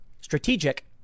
strategic